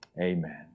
Amen